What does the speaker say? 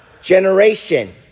generation